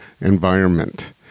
environment